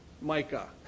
Micah